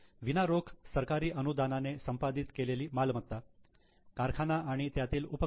विना रोख सरकारी अनुदाने संपादित केलेली मालमत्ता कारखाना आणि त्यातील उपकरणे